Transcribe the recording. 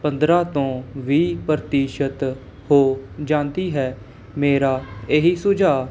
ਪੰਦਰਾਂ ਤੋਂ ਵੀਹ ਪ੍ਰਤੀਸ਼ਤ ਹੋ ਜਾਂਦੀ ਹੈ ਮੇਰਾ ਇਹੀ ਸੁਝਾਅ